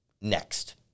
next